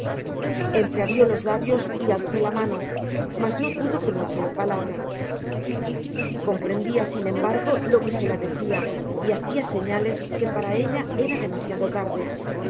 entreabrió los lábios y alzó la mano mas no pudo pronunciar una palabra comprendia sin embargo lo que se la decia y hacia señales que para ella era demasiado tarde